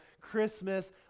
Christmas